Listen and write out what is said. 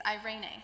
irene